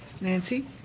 Nancy